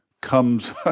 comes